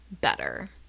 better